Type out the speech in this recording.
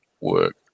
work